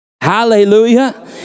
Hallelujah